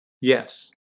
yes